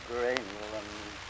Greenland